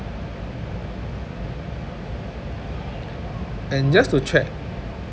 and just to check